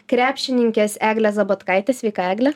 krepšininkėseglė zabotkaitė sveika egle